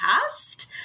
past